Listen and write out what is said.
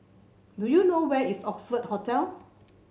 do you know where is Oxford Hotel